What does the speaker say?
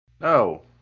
No